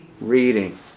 reading